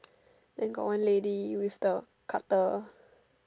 then got one lady with the cutter